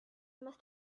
must